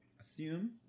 assume